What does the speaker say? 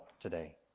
today